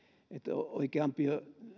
oikeampi